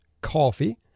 coffee